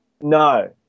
No